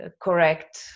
correct